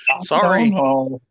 Sorry